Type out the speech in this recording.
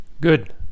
Good